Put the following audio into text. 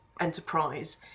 enterprise